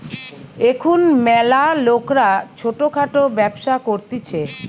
এখুন ম্যালা লোকরা ছোট খাটো ব্যবসা করতিছে